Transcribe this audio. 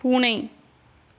பூனை